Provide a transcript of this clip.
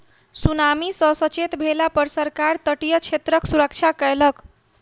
tsunami सॅ सचेत भेला पर सरकार तटीय क्षेत्रक सुरक्षा कयलक